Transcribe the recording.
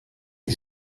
est